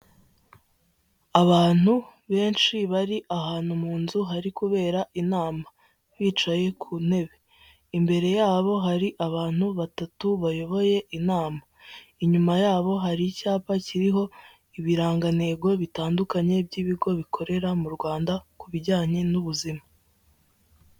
Abantu benshi bari ahantu mu nzu hari kubera inama bicaye ku ntebe, imbere yabo hari abantu batatu bayoboye inama, inyuma yabo hari icyapa kiriho ibirangantego bitandukanye by'ibigo bikorera mu Rwanda ku bijyanye n'ubuzima.